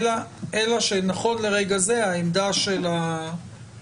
אלא שנכון לרגע זה העמדה של הרשות,